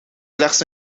slechts